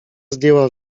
zdjęła